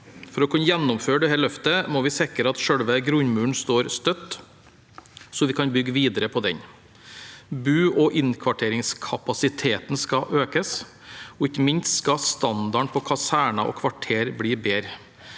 For å kunne gjennomføre dette løftet må vi sikre at selve grunnmuren står støtt, sånn at vi kan bygge videre på den. Bo- og innkvarteringskapasiteten skal økes, og ikke minst skal standarden på kaserner og kvarterer bli bedre.